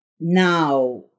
Now